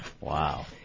Wow